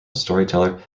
storyteller